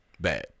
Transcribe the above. Bad